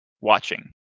watching